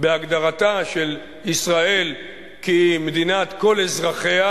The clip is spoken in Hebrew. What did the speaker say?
בהגדרתה של ישראל כמדינת כל אזרחיה.